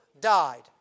died